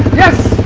yes!